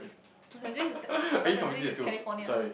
Los Angeles is at Los Angeles is California